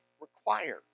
required